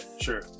sure